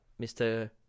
Mr